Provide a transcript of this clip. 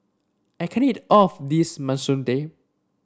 I can't eat all of this Masoor Dal